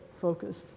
focused